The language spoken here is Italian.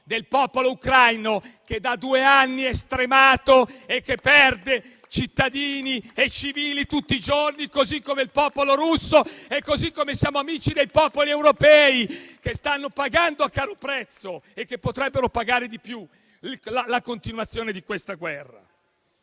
del popolo ucraino, che da due anni è stremato e perde cittadini e civili tutti i giorni, così come il popolo russo; e siamo ugualmente amici dei popoli europei, che stanno pagando a caro prezzo e che potrebbero pagare di più la continuazione di questa guerra.